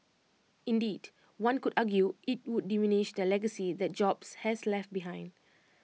indeed one could argue IT would diminish the legacy that jobs has left behind